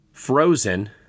Frozen